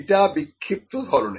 এটা বিক্ষিপ্ত ধরনের